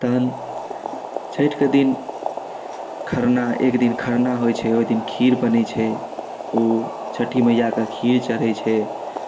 तहन छठिके दिन खरना एकदिन खरना होइ छै ओहिदिन खीर बनै छै ओ छठि मइआके खीर चढ़ै छै